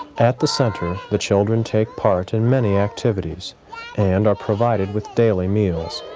at the center, the children take part in many activities and are provided with daily meals.